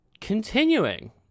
continuing